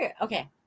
Okay